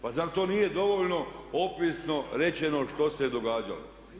Pa zar to nije dovoljno opisno rečeno što se je događalo.